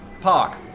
park